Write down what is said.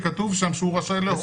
כתוב שם שהוא רשאי להורות